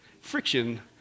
Friction